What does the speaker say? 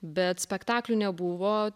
bet spektaklių nebuvo